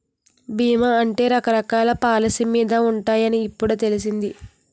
బీమా అంటే రకరకాల పాలసీ మీద ఉంటాయని ఇప్పుడే తెలిసింది